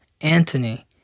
Anthony